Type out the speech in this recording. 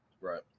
Right